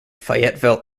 fayetteville